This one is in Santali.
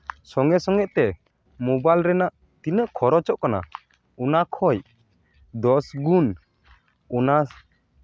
ᱥᱚᱸᱜᱮ ᱥᱚᱸᱜᱮ ᱛᱮ ᱢᱳᱵᱟᱭᱤᱞ ᱨᱮᱱᱟᱜ ᱛᱤᱱᱟᱹᱜ ᱠᱷᱚᱨᱚᱪᱚᱜ ᱠᱟᱱᱟ ᱚᱱᱟ ᱠᱷᱚᱡ ᱫᱚᱥ ᱜᱩᱱ ᱚᱱᱟ